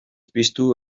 piztu